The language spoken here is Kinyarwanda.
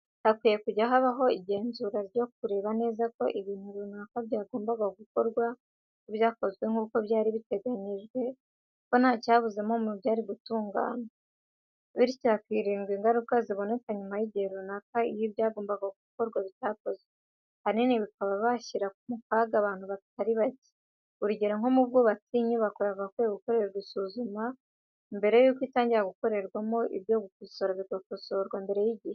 Hakwiye kujya habaho igenzura ryo kureba neza ko ibintu runaka byagombaga gukorwa ko byakozwe nkuko byari biteganijwe ko ntacyabuzemo mu byari gutunganwa. Bityo hakirindwa ingaruka ziboneka nyuma y'igihe runaka iyo ibyagombaga gukorwa bitakozwe, ahanini bikaba byashyira mu kaga abantu batari bake. Urugero nko mu bwubatsi inyubako yagakwiye gukorerwa isuzumwa mbere yuko itangira gukorerwamo, ibyo gukosora bigakosorwa mbere y'igihe.